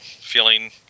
feeling